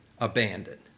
abandoned